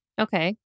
Okay